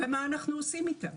ומה אנחנו עושים איתם.